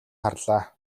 харлаа